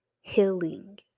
healing